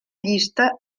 llista